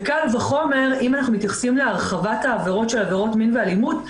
וקל וחומר אם אנחנו מתייחסים להרחבת העבירות של עבירות מין ואלימות,